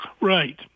Right